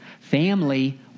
Family